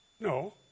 No